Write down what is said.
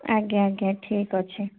ଆଜ୍ଞା ଆଜ୍ଞା ଠିକ୍ଅଛି